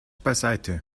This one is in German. beiseite